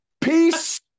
Peace